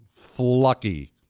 Flucky